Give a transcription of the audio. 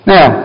Now